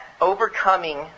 overcoming